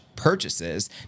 purchases